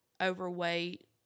overweight